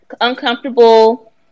uncomfortable